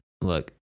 look